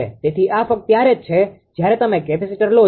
તેથી આ ફક્ત ત્યારે જ છે જ્યારે તમે કેપેસીટર લો છો